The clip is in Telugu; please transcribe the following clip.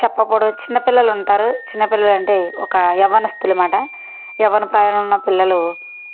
చెప్పపూడు చిన్న పిల్లలు ఉంటారు చిన్న పిల్లలు అంటే ఒక యవ్వనస్తులు మాట యవ్వన ప్రాయంలో ఉన్న పిల్లలు